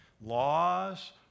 laws